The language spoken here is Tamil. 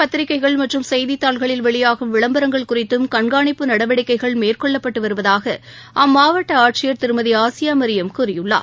பத்திரிகைகள் மற்றும் செய்தித்தாள்களில் வெளியாகும் விளம்பரங்கள் குறித்தும் கண்காணிப்பு நடவடிக்கைகள் மேற்கொள்ளப்பட்டு வருவதாக அம்மாவட்ட ஆட்சியர் ஆசியாமியம் கூறியுள்ளார்